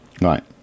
right